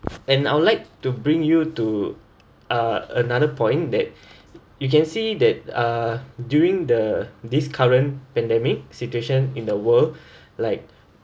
and I will like to bring you to uh another point that you can see that uh during the this current pandemic situation in the world like